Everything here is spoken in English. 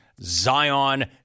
Zion